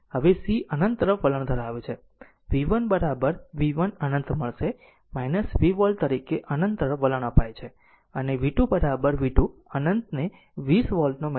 હવે c અનંત તરફ વલણ ધરાવે છે v1 v1 અનંત મળશે 20 વોલ્ટ તરીકે અનંત તરફ વલણ અપાય છે અને v 2 v 2 અનંતને 20 વોલ્ટ નો મળશે